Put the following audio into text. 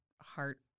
heart